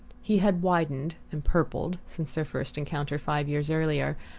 he had widened and purpled since their first encounter, five years earlier,